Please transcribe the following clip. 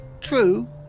True